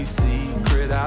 secret